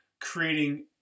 creating